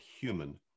human